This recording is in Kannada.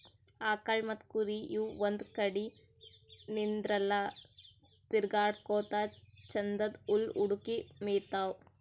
ಆಕಳ್ ಮತ್ತ್ ಕುರಿ ಇವ್ ಒಂದ್ ಕಡಿ ನಿಂದ್ರಲ್ಲಾ ತಿರ್ಗಾಡಕೋತ್ ಛಂದನ್ದ್ ಹುಲ್ಲ್ ಹುಡುಕಿ ಮೇಯ್ತಾವ್